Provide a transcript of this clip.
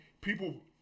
people